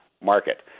market